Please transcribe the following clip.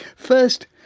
first,